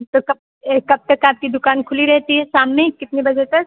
तो कब ए कब तक आपकी दुकान खुली रहती है शाम में कितने बजे तक